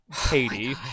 katie